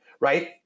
right